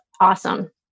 awesome